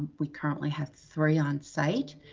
we currently have three on site.